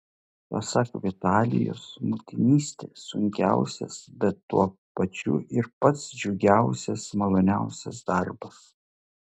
pasak vitalijos motinystė sunkiausias bet tuo pačiu ir pats džiugiausias maloniausias darbas